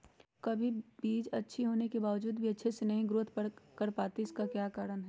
कभी बीज अच्छी होने के बावजूद भी अच्छे से नहीं ग्रोथ कर पाती इसका क्या कारण है?